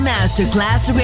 Masterclass